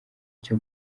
cyo